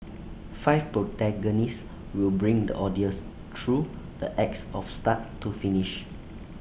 five protagonists will bring the audience through the acts of start to finish